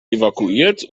evakuiert